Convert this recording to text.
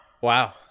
Wow